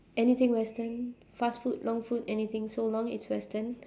anything western fast food long food anything so long it's western